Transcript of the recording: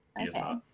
Okay